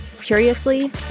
Curiously